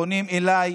פונים אליי,